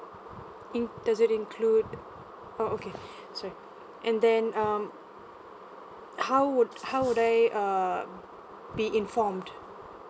in~ does it include oh okay sorry and then um how would how would I err be informed